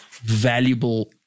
valuable